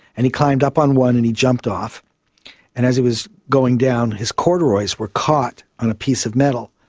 and he climbed up on one and he jumped off, and as he was going down, his corduroys were caught on a piece of metal,